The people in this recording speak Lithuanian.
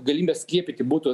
galimybė skiepyti būtų